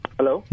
Hello